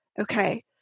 okay